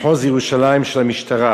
מחוז ירושלים של המשטרה,